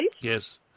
Yes